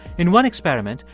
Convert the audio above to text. in one experiment,